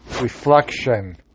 reflection